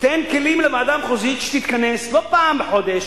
תן כלים לוועדה המחוזית שתתכנס לא פעם בחודש,